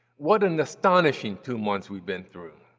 what an astonishing two months we've been through.